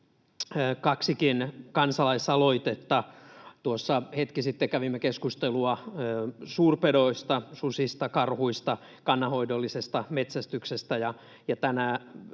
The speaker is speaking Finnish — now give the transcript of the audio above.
kaksikin kansalaisaloitetta. Tuossa hetki sitten kävimme keskustelua suurpedoista, susista, karhuista, kannanhoidollisesta metsästyksestä,